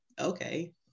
okay